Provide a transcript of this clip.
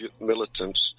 militants